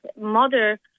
mother